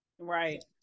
Right